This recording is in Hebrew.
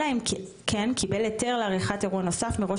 אלא אם כן קיבל היתר לעריכת אירוע נוסף מראש